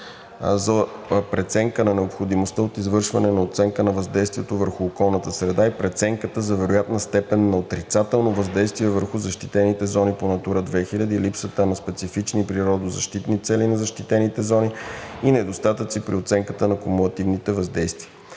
за преценка на необходимостта от извършване на оценка на въздействието върху околната среда и за преценка за вероятната степен на отрицателно въздействие върху защитените зони по „Натура 2000“ и липсата на специфични природозащитни цели на защитените зони и недостатъци при оценката на кумулативните въздействия.